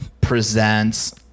presents